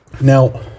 Now